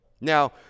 Now